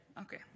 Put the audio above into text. Okay